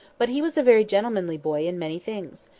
but he was a very gentlemanly boy in many things.